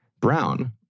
Brown